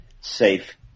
safe